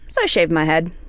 so i shaved my head.